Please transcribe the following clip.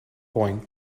point